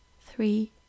three